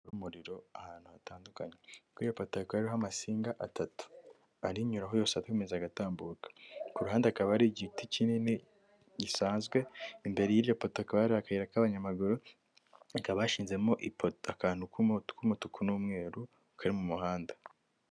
Umuriro ahantu hatandukanye, kuri iyo pota hakaba hariho amasinga atatu arinyuraho yose akomeza agatambuka. Ku ruhande akaba ari igiti kinini gisanzwe, imbere y'iryo poto hakaba hari akayira k'abanyamaguru, hakaba hashinzemo akantu k'umutuku n'umweru kari, kari mu muhanda.